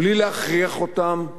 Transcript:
בלי להכריח אותם,